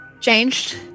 changed